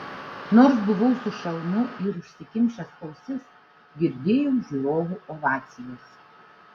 nors buvau su šalmu ir užsikimšęs ausis girdėjau žiūrovų ovacijas